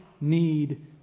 need